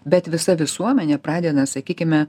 bet visa visuomenė pradeda sakykime